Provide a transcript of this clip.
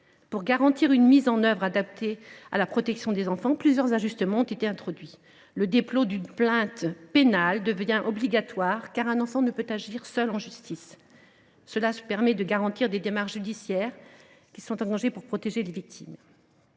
Pour garantir une mise en œuvre adaptée à la protection des enfants, plusieurs ajustements sont proposés. Premièrement, le dépôt d’une plainte pénale devient obligatoire, car un enfant ne peut agir seul en justice. Cette procédure permet de garantir que des démarches judiciaires soient engagées pour protéger la victime.